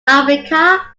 africa